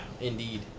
indeed